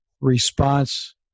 response